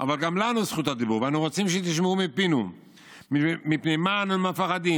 אבל גם לנו זכות הדיבור ואנו רוצים שתשמעו מפינו מפני מה אנו מפחדים.